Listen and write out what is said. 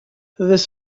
this